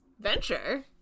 venture